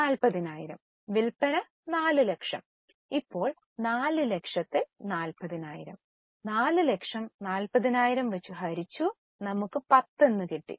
40000 വിൽപ്പന 4 ലക്ഷം ഇപ്പോൾ 4 ലക്ഷത്തിൽ 40000 4 ലക്ഷം 40000 വച്ച് ഹരിച്ചു നമുക്ക് 10 എന്ന് കിട്ടി